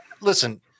Listen